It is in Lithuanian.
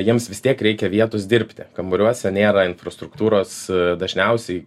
jiems vis tiek reikia vietos dirbti kambariuose nėra infrastruktūros dažniausiai